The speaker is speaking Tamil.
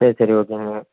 சரி சரி ஓகேங்க